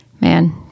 man